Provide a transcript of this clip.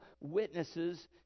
witnesses